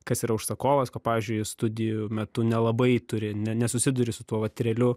kas yra užsakovas ko pavyzdžiui studijų metu nelabai turi ne nesusiduri su tuo vat realiu